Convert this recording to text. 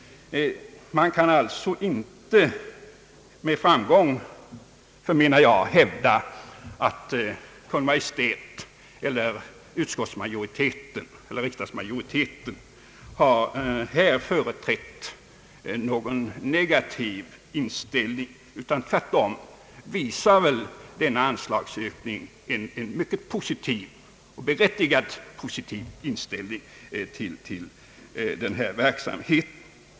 Jag förmenar alltså att det inte med framgång kan hävdas att Kungl. Maj:t, utskottsmajoriteten eller riksdagsmajoriteten härvidlag har företrätt någon negativ inställning. Denna anslagsökning visar väl tvärtom en mycket positiv — och berättigat positiv — inställning till verksamheten.